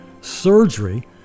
surgery